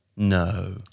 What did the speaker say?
No